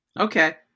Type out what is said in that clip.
Okay